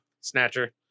Snatcher